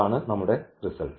എന്താണ് SPAN